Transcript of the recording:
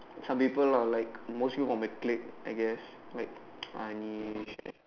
some people lah like mostly from my clique I guess like Anish